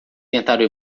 tentaram